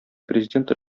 президенты